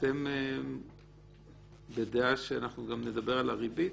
אתם בדעה שאנחנו גם נדבר על הריבית?